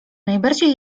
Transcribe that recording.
najbardziej